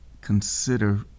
consider